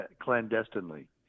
clandestinely